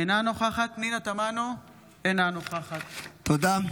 אינה נוכחת פנינה תמנו, אינה נוכחת תודה.